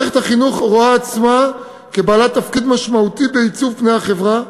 מערכת החינוך רואה עצמה כבעלת תפקיד משמעותי בעיצוב פני החברה,